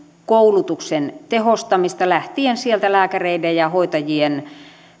koulutuksen tehostamista lähtien sieltä lääkäreiden ja hoitajien